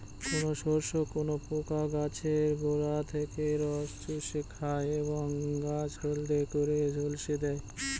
কোন শস্যে কোন পোকা গাছের গোড়া থেকে রস চুষে খায় এবং গাছ হলদে করে ঝলসে দেয়?